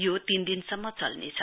यो तीनदिनसम्म चल्नेछ